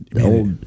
old